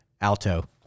alto